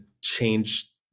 change